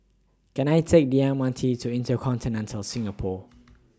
Can I Take The M R T to InterContinental Singapore